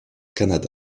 canada